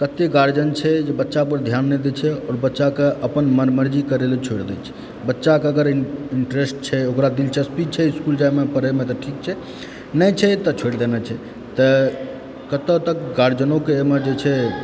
कतए गार्जियन छै जे बच्चा पर ध्यान नहि दय छै अपन बच्चाके अपन मन मर्जी करय लऽ छोड़ि दय छै बच्चाकेँ अगर इन्ट्रेस्ट छै ओकरा दिलचस्पी छै इस्कूल जाइमे पढ़यमे तऽ ठीक छै नहि छै तऽ छोड़ि देने छै तऽ कतअ तक गर्जियनोके एमय जे छै